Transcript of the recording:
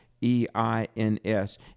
E-I-N-S